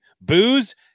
booze